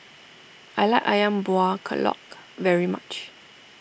I like Ayam Buah Keluak very much